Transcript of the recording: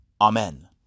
Amen